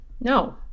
no